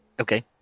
okay